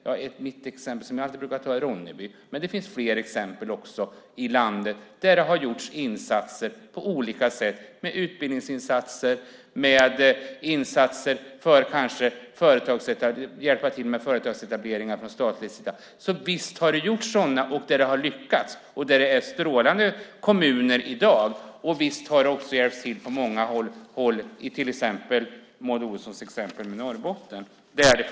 Jag har ett exempel som jag brukar ta, och det är Ronneby, men det finns fler där det har gjorts olika insatser, utbildningsinsatser och insatser från statens sida för att hjälpa till med företagsetableringar. Visst har det gjorts sådana, och det har lyckats, och där är det strålande kommuner i dag. Det har också hjälpts till, som Maud Olofsson tog upp, i Norrbotten.